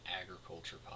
Agriculture